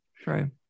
True